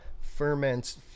ferments